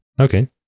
Okay